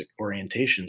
orientations